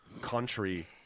country